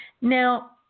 Now